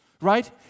right